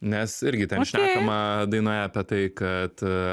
nes irgi ten šnekama dainoje apie tai kad